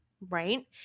right